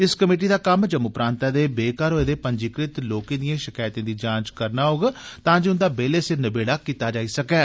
इस कमेटी दा कम्म जम्मू प्रांतै दे बेघर होए दे पंजीकृत लोकें दिएं षकैतें दी जांच करना होग तां जे उंदा बेले सिर नबेड़ा कीता जाई सकै